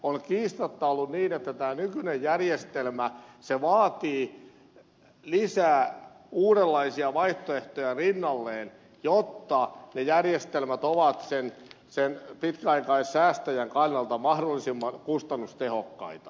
on kiistatta ollut niin että tämä nykyinen järjestelmä vaatii lisää uudenlaisia vaihtoehtoja rinnalleen jotta ne järjestelmät ovat sen pitkäaikaissäästäjän kannalta mahdollisimman kustannustehokkaita